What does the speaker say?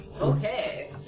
Okay